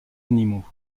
animaux